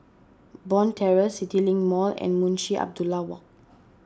Bond Terrace CityLink Mall and Munshi Abdullah Walk